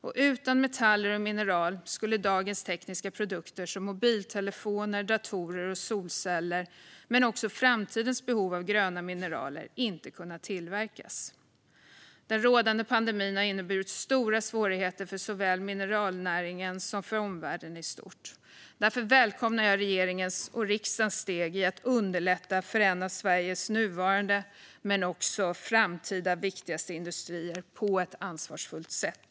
Och utan metaller och mineral skulle dagens tekniska produkter som mobiltelefoner, datorer och solceller inte kunna tillverkas, och framtidens behov av gröna mineraler skulle inte kunna tillgodoses. Den rådande pandemin har inneburit stora svårigheter för såväl mineralnäringen som omvärlden i stort. Därför välkomnar jag regeringens och riksdagens steg för att underlätta för en av Sveriges viktigaste nuvarande men också framtida industrier på ett ansvarsfullt sätt.